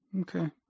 Okay